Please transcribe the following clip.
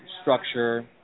structure